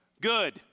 Good